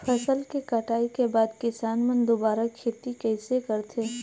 फसल के कटाई के बाद किसान मन दुबारा खेती कइसे करथे?